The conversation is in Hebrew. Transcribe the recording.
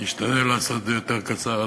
אני אשתדל לעשות את זה יותר קצר.